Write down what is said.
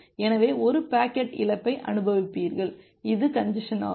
எனவே ஒரு பாக்கெட் இழப்பை அனுபவிப்பீர்கள் இது கஞ்ஜசன் ஆகும்